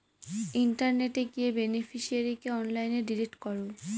ইন্টারনেটে গিয়ে বেনিফিশিয়ারিকে অনলাইনে ডিলিট করো